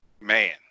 man